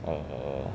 err